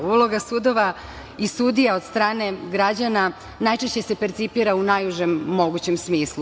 Uloga sudova i sudija od strane građana najčešće se percipira u najužem mogućem smislu.